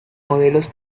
modelos